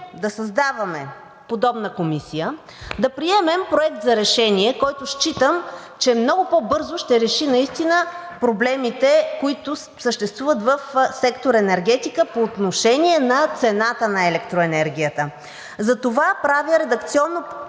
да създаваме подобна комисия, да приемем проект за решение, който считам, че много по-бързо ще реши наистина проблемите, които съществуват в сектор „Енергетика“ по отношение на цената на електроенергията. Затова правя редакционно